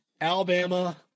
Alabama